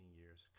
years